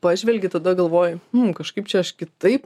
pažvelgi tada galvoji nu kažkaip čia aš kitaip